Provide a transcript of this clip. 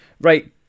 right